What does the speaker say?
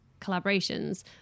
collaborations